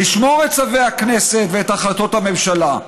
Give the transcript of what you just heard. לשמור את צווי הכנסת ואת החלטות הממשלה,